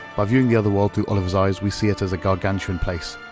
by viewing the other world through oliver's eyes, we see it as a gargantuan place.